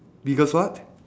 biggest what